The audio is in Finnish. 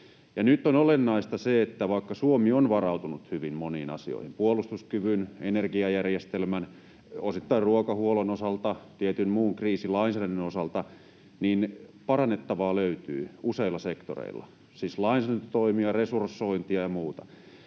Nyt on olennaista se, että vaikka Suomi on varautunut hyvin moniin asioihin puolustuskyvyn, energiajärjestelmän, osittain ruokahuollon osalta, tietyn muun kriisilainsäädännön osalta, niin parannettavaa löytyy useilla sektoreilla — siis lainsäädäntötoimia, resursointia ja muuta.